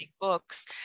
books